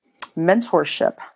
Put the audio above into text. mentorship